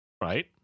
right